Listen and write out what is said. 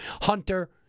Hunter